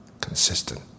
consistent